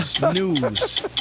News